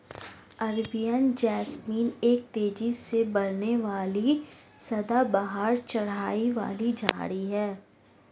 Arabian jasmine एक तेजी से बढ़ने वाली सदाबहार चढ़ाई वाली झाड़ी है